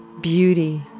beauty